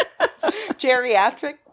Geriatric